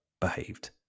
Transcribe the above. behaved